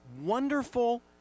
wonderful